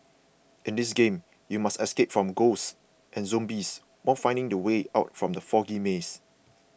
in this game you must escape from ghosts and zombies while finding the way out from the foggy maze